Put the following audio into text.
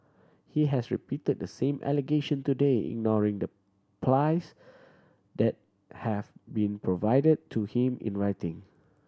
he has repeated the same allegation today ignoring the plies that have been provided to him in writing